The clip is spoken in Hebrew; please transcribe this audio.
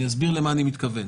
אני אסביר למה אני מתכוון.